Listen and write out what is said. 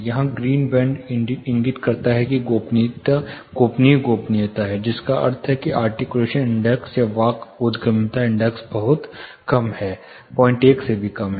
यहां green band इंगित करता है कि गोपनीय गोपनीयता है जिसका अर्थ है कि आर्टिक्यूलेशन इंडेक्स या वाक् बोधगम्यता इंडेक्स बहुत कम है 01 से कम है